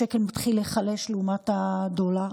השקל מתחיל להיחלש לעומת הדולר.